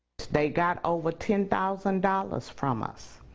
they got over ten thousand dollars from us.